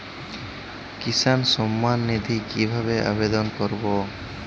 কিষান সম্মাননিধি কিভাবে আবেদন করব?